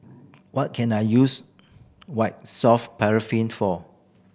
what can I use White Soft Paraffin for